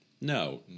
No